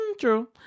True